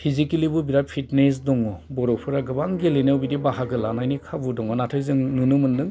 फिजिखेलिबो fitness दं बर'फोरा गोबां गेलेनायाव बिदि बाहागो लानायनि खाबु दङ नाथाय जों नुनो मोन्दों